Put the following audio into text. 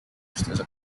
esteja